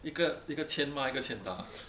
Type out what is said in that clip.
一个一个欠骂一个欠打